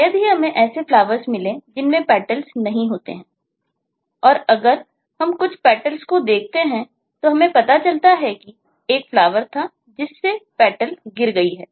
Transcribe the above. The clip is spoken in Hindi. शायद ही हमें ऐसे Flower मिले जिनमें Petals नहीं होते हैं और अगर हम कुछ Petals को देखते हैं तो हमें पता चलता है कि एक Flower था जिस से Petal गिर गई हैं